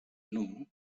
know